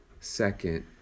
second